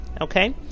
okay